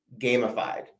gamified